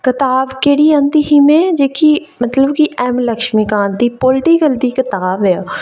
कताब केह्ड़ी में मतलब कि ऐ्म्म लक्ष्मीकांत दी पॉलिटिकल दी कताब ऐ ओह्